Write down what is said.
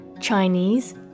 Chinese